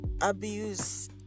abuse